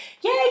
yay